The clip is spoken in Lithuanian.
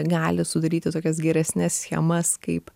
gali sudaryti tokias geresnes schemas kaip